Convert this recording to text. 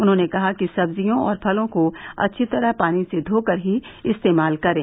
उन्होंने कहा कि सब्जियों और फलों को अच्छी तरह पानी से धोकर ही इस्तेमाल करें